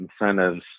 incentives